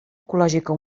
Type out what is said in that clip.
ecològica